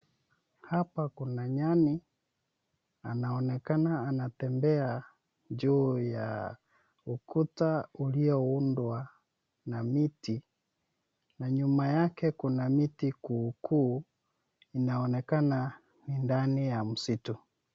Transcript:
Hapa kuna nyani anaonekana anatembea juu ya ukuta uliyoundwa na miti na nyuma yake kuna miti kuukuu. Inaonekana ni ndani ya msitu.